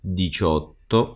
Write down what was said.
diciotto